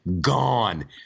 Gone